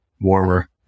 warmer